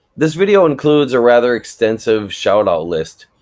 this video includes a rather extensive shout-out list.